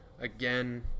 Again